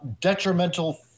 detrimental